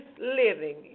living